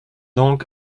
donc